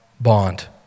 bond